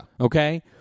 okay